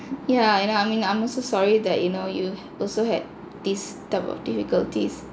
yeah you know I mean I'm also sorry that you know you also had this type of difficulties